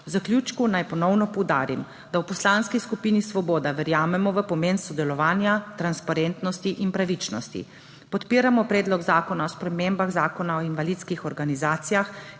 V zaključku naj ponovno poudarim, da v Poslanski skupini Svoboda verjamemo v pomen sodelovanja, transparentnosti in pravičnosti. Podpiramo Predlog zakona o spremembi Zakona o invalidskih organizacijah,